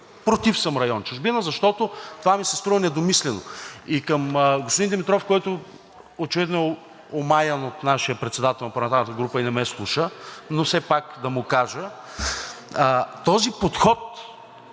Против съм район „Чужбина“, защото това ми се струва недомислено. И към господин Димитров, който очевидно е омаян от нашия председател на парламентарната група и не ме слуша, но все пак да му кажа. Този подход,